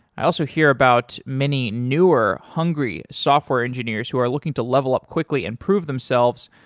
i also hear about many newer, hungry software engineers who are looking to level up quickly and prove themselves